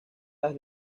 las